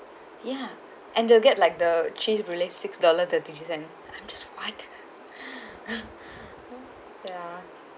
yeah and they'll get like the cheese brulee six dollar thirty cents I'm just what ya